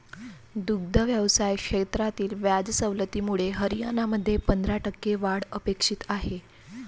दुग्ध व्यवसाय क्षेत्रातील व्याज सवलतीमुळे हरियाणामध्ये पंधरा टक्के वाढ अपेक्षित आहे